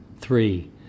Three